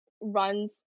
runs